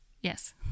Yes